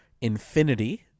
Infinity